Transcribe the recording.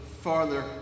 farther